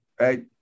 right